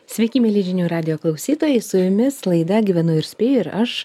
sveiki mieli žinių radijo klausytojai su jumis laida gyvenu ir spėju ir aš